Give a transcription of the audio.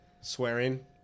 swearing